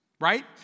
Right